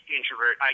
introvert